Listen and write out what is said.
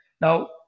Now